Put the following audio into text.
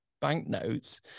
banknotes